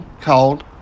called